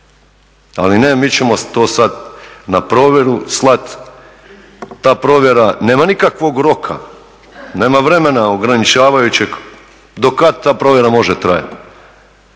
Ali ne, mi ćemo to sad na provjeru slati. Ta provjera nema nikakvog roka, nema vremena ograničavajućeg dokad ta provjera može trajati.